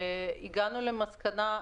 הגענו למסקנה,